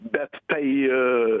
bet tai